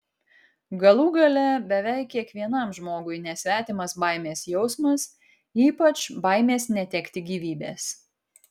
galų gale beveik kiekvienam žmogui nesvetimas baimės jausmas ypač baimės netekti gyvybės